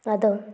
ᱟᱫᱚ